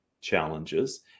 challenges